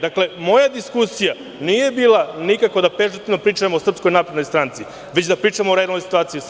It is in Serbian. Dakle, moja diskusija nije bila nikako da pežorativno pričam o Srpskoj naprednoj stranci, već da pričam o realnoj situaciji u Srbiji.